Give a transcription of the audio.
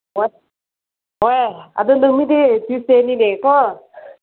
ꯍꯣꯏ ꯑꯗꯣ ꯅꯨꯃꯤꯠꯇꯤ ꯇ꯭ꯌꯨꯁꯗꯦꯅꯤꯅꯦ ꯀꯣ